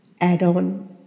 add-on